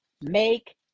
make